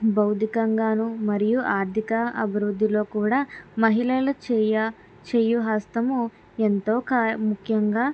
భౌతికంగానూ మరియు ఆర్థిక అభివృద్ధిలో కూడా మహిళల చేయ చేయి హస్తము ఎంతో ముఖ్యంగా